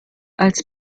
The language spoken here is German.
als